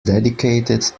dedicated